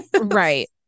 right